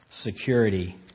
Security